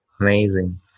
Amazing